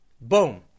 Boom